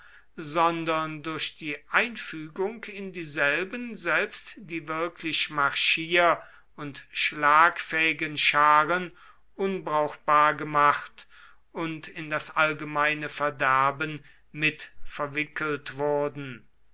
sondern durch die einfügung in dieselben selbst die wirklich marschier und schlagfähigen scharen unbrauchbar gemacht und in das allgemeine verderben mitverwickelt wurden